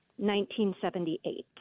1978